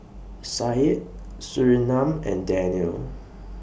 Syed Surinam and Danial